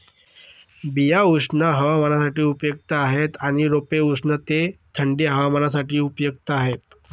बिया उष्ण हवामानासाठी उपयुक्त आहेत आणि रोपे उष्ण ते थंडी हवामानासाठी उपयुक्त आहेत